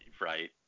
Right